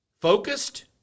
focused